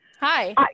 Hi